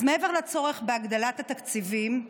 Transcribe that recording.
אז מעבר לצורך בהגדלת התקציבים,